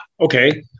okay